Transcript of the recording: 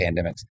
pandemics